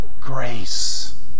grace